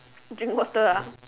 drink water ah